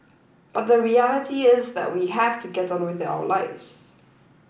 but the reality is that we have to get on with our lives